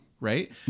Right